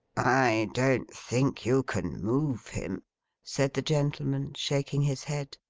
i don't think you can move him said the gentleman, shaking his head.